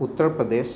उत्तरप्रदेशः